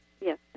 Yes